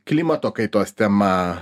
klimato kaitos tema